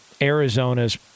Arizona's